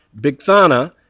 Bigthana